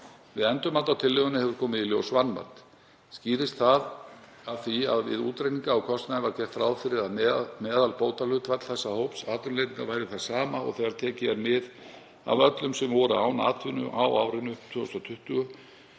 Við endurmat á tillögunni hefur komið í ljós vanmat. Skýrist það af því að við útreikninga á kostnaði var gert ráð fyrir að meðalbótahlutfall þessa hóps atvinnuleitenda væri það sama og þegar tekið er mið af öllum sem voru án atvinnu á árinu 2020